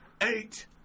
eight